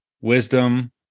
wisdom